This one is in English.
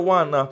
one